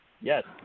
Yes